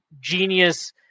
genius